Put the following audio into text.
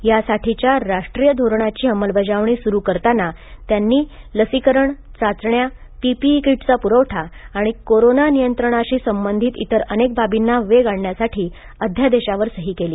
यासाठीच्या राष्ट्रीय धोरणाची अंमलबजावणी सुरू करताना त्यांनी लसीकरण चाचण्या पीपीई कीटचा पुरवठा आणि कोरोना नियंत्रणाशी संबंधित इतर अनेक बाबींना वेग आणण्यासाठी अध्यादेशावर सही केली